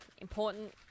important